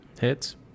Hits